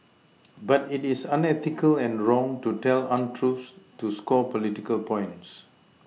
but it is unethical and wrong to tell untruths to score political points